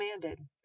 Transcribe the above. commanded